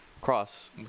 cross